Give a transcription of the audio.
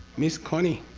miss connie.